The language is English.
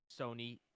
Sony